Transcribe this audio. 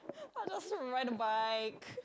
I'll just ride a bike